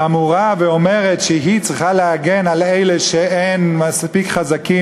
שאמורה ואומרת שהיא צריכה להגן על אלה שהם לא מספיק חזקים,